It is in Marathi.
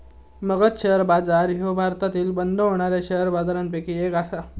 मगध शेअर बाजार ह्यो भारतातील बंद होणाऱ्या शेअर बाजारपैकी एक आसा